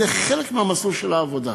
זה חלק מהמסלול של העבודה.